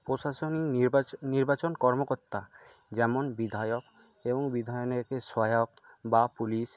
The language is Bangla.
প্রশাসনিক নির্বাচন কর্মকর্তা যেমন বিধায়ক এবং বিধায়কের সহায়ক বা পুলিশ